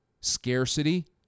Scarcity